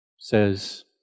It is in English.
says